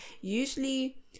usually